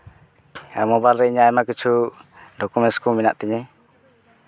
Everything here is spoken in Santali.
ᱟᱨ ᱢᱳᱵᱟᱭᱤᱞ ᱨᱮ ᱤᱧᱟᱜ ᱟᱭᱢᱟ ᱠᱤᱪᱷᱩ ᱰᱚᱠᱚᱢᱮᱱᱴ ᱠᱚ ᱢᱮᱱᱟᱜ ᱛᱤᱧᱟᱹ